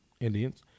Indians